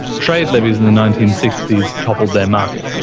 trade levies in the nineteen sixty s toppled their market.